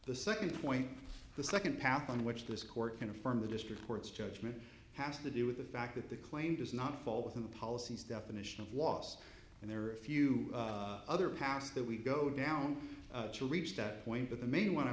the second point the second pap on which this court can affirm the district court's judgment has to do with the fact that the claim does not fall within the policies definition of loss and there are a few other past that we go down to reach that point but the main one i